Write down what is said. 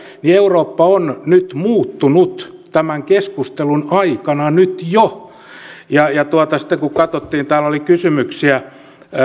niin eurooppa on nyt muuttunut tämän keskustelun aikana nyt jo ja ja sitten kun katsottiin täällä oli kysymyksiä